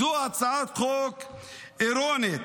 זו הצעת חוק אירונית.